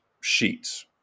sheets